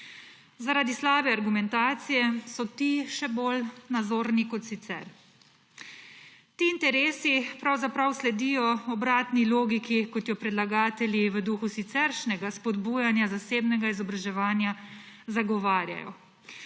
Zaradi slabe argumentacije so ti še bolj nazorni kot sicer. Ti interesi pravzaprav sledijo obratni logiki, kot jo predlagatelji v duhu siceršnjega spodbujanja zasebnega izobraževanja zagovarjajo.